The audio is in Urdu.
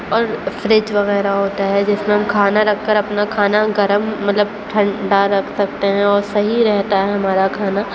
اور فریج وغیرہ ہوتا ہے جس میں ہم کھانا رکھ کر اپنا کھانا گرم مطلب ٹھنڈا رکھ سکتے ہیں اور صحیح رہتا ہے ہمارا کھانا